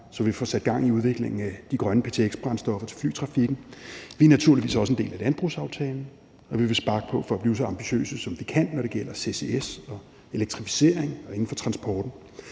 så vi får sat gang i udviklingen af de grønne ptx-brændstoffer til flytrafikken. Vi er naturligvis også en del af landbrugsaftalen, og vi vil sparke på for at blive så ambitiøse, som vi kan, når det gælder ccs og elektrificering og transporten.